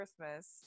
christmas